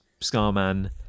Scarman